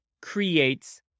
creates